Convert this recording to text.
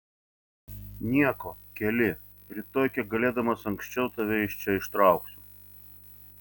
nieko keli rytoj kiek galėdamas anksčiau tave iš čia ištrauksiu